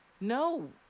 No